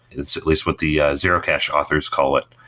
it's at least what the ah zero cash authors call it.